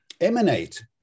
emanate